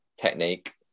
technique